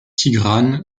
tigrane